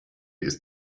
ist